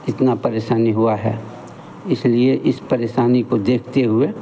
इतनी परेशानी हुई है इसलिए इस परेशानी को देखते हुए